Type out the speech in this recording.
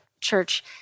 church